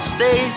Stay